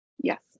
Yes